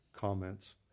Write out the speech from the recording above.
comments